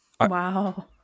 Wow